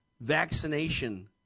vaccination